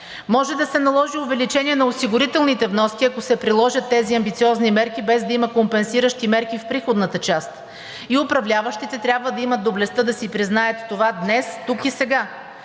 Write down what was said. Може да се наложи увеличение на осигурителните вноски, ако се приложат тези амбициозни мерки, без да има компенсиращи мерки в приходната част и управляващите трябва да имат доблестта да си признаят това днес, тук и сега.